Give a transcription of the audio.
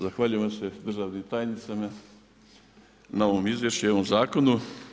Zahvaljivam se državnim tajnicama na ovom izvješću i ovom zakonu.